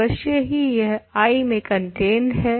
अवश्य ही यह I में कन्टेन्ड है